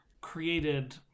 created